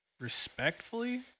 respectfully